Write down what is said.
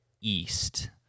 East